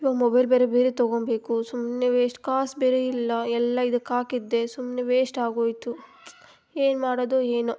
ಇವಾಗ ಮೊಬೈಲ್ ಬೇರೆ ಬೇರೆ ತಗೊಬೇಕು ಸುಮ್ಮನೆ ವೇಶ್ಟ್ ಕಾಸು ಬೇರೆ ಇಲ್ಲ ಎಲ್ಲ ಇದಕ್ಕಾಗಿದ್ದೆ ಸುಮ್ಮನೆ ವೇಶ್ಟ್ ಆಗೋಯಿತು ಏನು ಮಾಡೋದೋ ಏನೋ